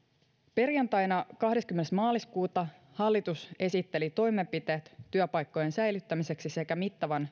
perjantaina kahdeskymmenes maaliskuuta hallitus esitteli toimenpiteet työpaikkojen säilyttämiseksi sekä mittavan